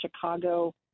Chicago